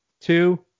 two